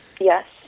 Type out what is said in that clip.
yes